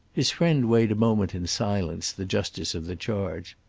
his friend weighed a moment in silence the justice of the charge.